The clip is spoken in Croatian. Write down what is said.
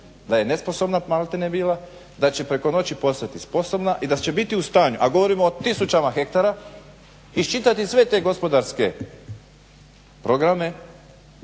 da je nesposobna malte ne bila, da će preko noći postati sposobna i da će biti u stanju, a govorimo o tisućama hektara iščitati sve te gospodarske programe,